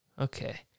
Okay